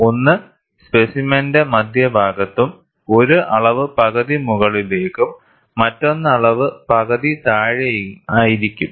ഒന്ന് സ്പെസിമെനിന്റെ മധ്യഭാഗത്തും ഒരു അളവ് പകുതി മുകളിലേക്കും മറ്റൊന്ന് അളവ് പകുതി താഴെയും ആയിരിക്കും